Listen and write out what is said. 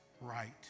right